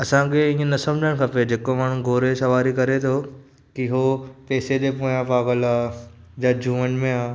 असांखे ईअं न सम्झणु खपे जेको माण्हू घोड़े जी सवारी करे थो की हो पैसे जे पोयां पागल आहे या जूअनि में आहे